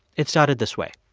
it started this way.